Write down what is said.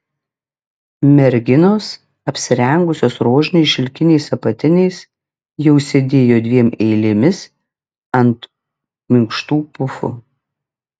merginos apsirengusios rožiniais šilkiniais apatiniais jau sėdėjo dviem eilėmis ant minkštų pufų